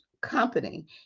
company